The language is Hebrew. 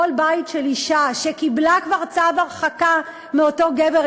בית של אישה שקיבלה כבר צו הרחקה מאותו גבר,